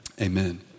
amen